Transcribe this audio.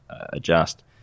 adjust